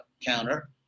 counter